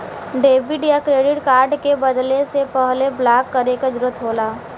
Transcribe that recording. debit या credit card के बदले से पहले ब्लॉक करे क जरुरत होला